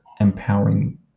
empowering